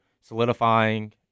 solidifying